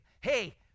Hey